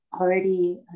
already